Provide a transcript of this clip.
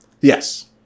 Yes